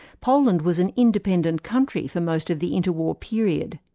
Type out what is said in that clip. poland was an independent country for most of the interwar period.